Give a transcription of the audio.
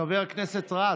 חבר הכנסת רז,